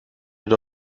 doch